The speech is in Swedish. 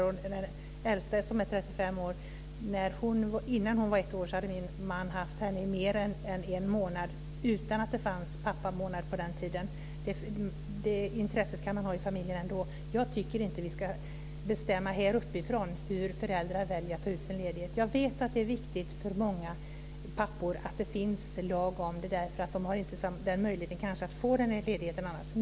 Innan min äldsta dotter, som nu är 35 år, hade fyllt ett år hade min man haft henne i mer än en månad trots att det inte fanns pappamånad på den tiden. Det intresset kan man ha i familjen ändå. Jag tycker inte att vi här uppifrån ska bestämma hur föräldrar väljer att ta ut sin ledighet. Jag vet att det är viktigt för många pappor att det finns en lag om det. De har kanske inte möjlighet att få den här ledigheten annars.